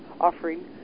offering